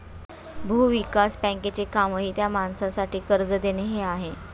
भूविकास बँकेचे कामही त्या माणसासाठी कर्ज देणे हे आहे